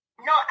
No